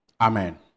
Amen